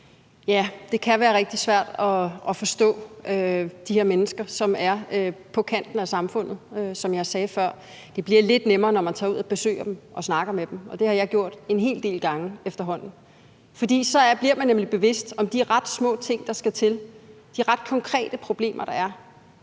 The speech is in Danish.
Tak. Det kan være rigtig svært at forstå de mennesker, som er på kanten af samfundet, som jeg sagde før. Det bliver lidt nemmere, når man tager ud og besøger dem og snakker med dem, og det har jeg efterhånden gjort en hel del gange, for så bliver man nemlig bevidst om de ret små ting, der skal til, og om de ret konkrete problemer, der er,